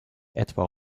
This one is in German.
etwa